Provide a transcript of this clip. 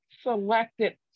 selected